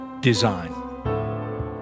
design